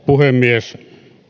puhemies